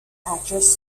actress